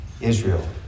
Israel